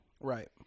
Right